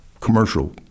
Commercial